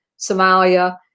Somalia